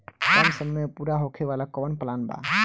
कम समय में पूरा होखे वाला कवन प्लान बा?